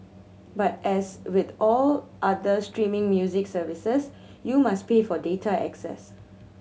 but as with all other streaming music services you must pay for data access